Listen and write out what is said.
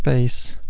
pays